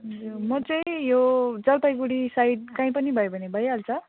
हजुर म चाहिँ यो जलपाइगढी साइड कहीँ पनि भयो भने भइहाल्छ